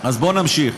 אז בואו נמשיך.